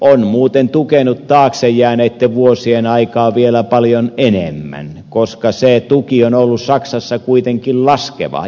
on muuten tukenut taakse jääneitten vuosien aikaan vielä paljon enemmän koska se tuki on ollut saksassa kuitenkin laskeva